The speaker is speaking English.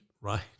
right